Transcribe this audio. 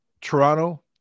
Toronto